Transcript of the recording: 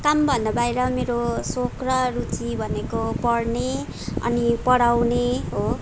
कामभन्दा बाहिर मेरो सोख र रूचि भनेको पढ्ने अनि पढाउने हो